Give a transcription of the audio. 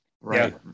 Right